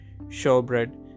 showbread